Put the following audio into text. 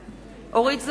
בעד אורית זוארץ,